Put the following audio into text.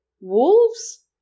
wolves